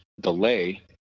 delay